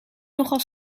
nogal